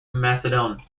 macedon